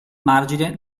margine